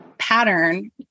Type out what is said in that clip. pattern